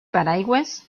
paraigües